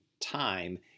time